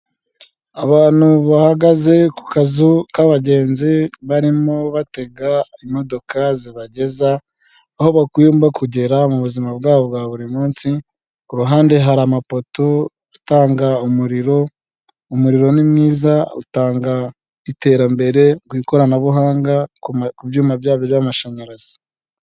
Abantu bahagaze ku kazu k'abagenzi, barimo batega imodoka zibageza aho bagomba kugera mu buzima bwabo bwa buri munsi, ku ruhande hari amapoto atanga umuriro, umuriro ni mwiza, utanga iterambere ku ikoranabuhanga, ku byuma byabo by'amashanyarazi.